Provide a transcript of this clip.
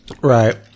Right